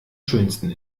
schönsten